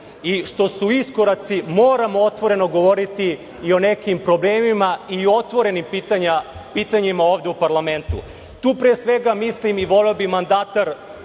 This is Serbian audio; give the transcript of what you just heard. i što su iskoraci, moramo otvoreno govoriti i o nekim problemima i o otvorenim pitanjima ovde u parlamentu. Tu, pre svega, mislim, i voleo bi mandatar